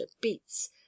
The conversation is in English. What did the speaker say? beats